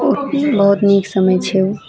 ओ सिन बहुत नीक समय छै